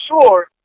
sure